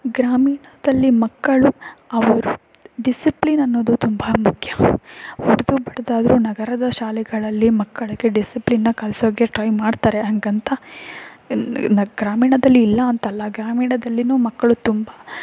ಗ್ರಾಮೀಣದಲ್ಲಿ ಮಕ್ಕಳು ಅವರು ಡಿಸಿಪ್ಲಿನ್ ಅನ್ನೋದು ತುಂಬ ಮುಖ್ಯ ಹೊಡೆದು ಬಡಿದಾದ್ರೂ ನಗರದ ಶಾಲೆಗಳಲ್ಲಿ ಮಕ್ಕಳಿಗೆ ಡಿಸಿಪ್ಲಿನನ್ನ ಕಲ್ಸೋಕ್ಕೆ ಟ್ರೈ ಮಾಡ್ತಾರೆ ಹಾಗಂತ ಗ್ರಾಮೀಣದಲ್ಲಿ ಇಲ್ಲ ಅಂತಲ್ಲ ಗ್ರಾಮೀಣದಲ್ಲೀನೂ ಮಕ್ಕಳು ತುಂಬ